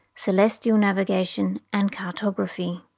celestial navigation and cartography.